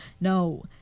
No